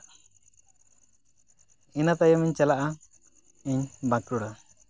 ᱤᱱᱟᱹ ᱛᱟᱭᱚᱢᱤᱧ ᱪᱟᱞᱟᱜᱼᱟ ᱤᱧ ᱵᱟᱸᱠᱩᱲᱟ